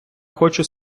хочу